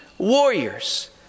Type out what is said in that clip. warriors